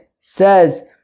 says